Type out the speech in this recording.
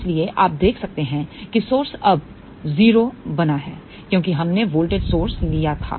इसलिए आप देख सकते हैं कि स्रोत अब 0 बना है क्योंकि हमने वोल्टेज सोर्स लिया था